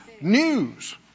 news